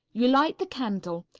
you light the candle,